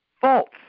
false